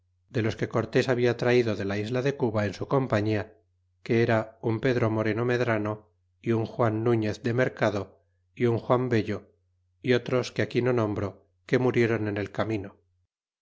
el capitulo que dello habla como cortés envió christóval de oli con una armada las hiera un pedro moreno medrano y un juan iluñez de mercado y un juan vello y otros que aquí no nombro que murieron en el camino